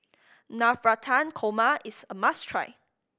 Navratan Korma is a must try